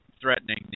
threatening